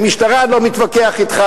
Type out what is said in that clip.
במשטרה אני לא מתווכח אתך,